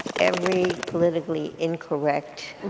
every politically incorrect